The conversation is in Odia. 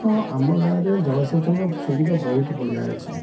ହଁ ଆମ ଗାଁରେ ଜଳସେଚନର ସୁବିଧା ବହୁତ ବଢ଼ିଆ ଅଛି